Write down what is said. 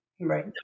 right